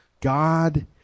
God